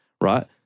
right